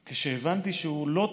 וכשהבנתי שהוא לא טועה,